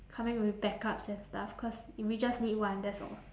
coming with backups and stuff cause we just need one that's all